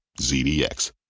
ZDX